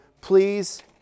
please